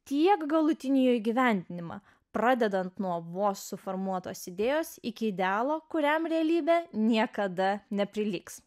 tiek galutinį jo įgyvendinimą pradedant nuo vos suformuotos idėjos iki idealo kuriam realybė niekada neprilygs